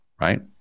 right